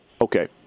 okay